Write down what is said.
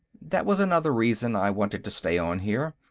that was another reason i wanted to stay on here.